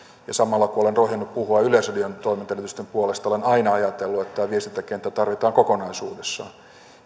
ja samalla kun olen rohjennut puhua yleisradion toimintaedellytysten puolesta olen aina ajatellut että tämä viestintäkenttä tarvitaan kokonaisuudessaan